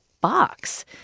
box